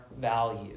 value